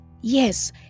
yes